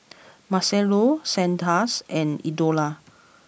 Marcello Sanders and Eldora